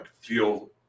feel